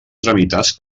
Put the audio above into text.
tramitats